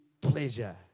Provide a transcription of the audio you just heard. pleasure